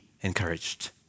encouraged